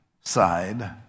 side